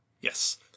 Yes